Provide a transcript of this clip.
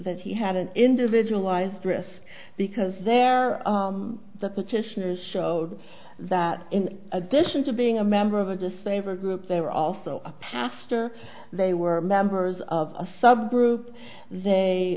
that he had an individualized risk because there are the petitioners showed that in addition to being a member of a slave or group there were also a pastor they were members of a subgroup they